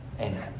Amen